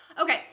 Okay